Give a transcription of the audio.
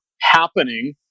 happening